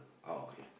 oh okay